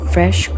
Fresh